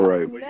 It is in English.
Right